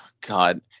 god